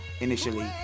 initially